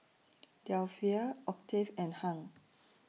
Delphia Octave and Hung